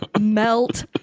melt